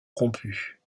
rompue